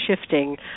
shifting